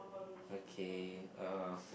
okay uh